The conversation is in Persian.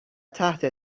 تحت